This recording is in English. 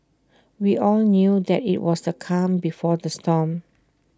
we all knew that IT was the calm before the storm